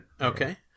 Okay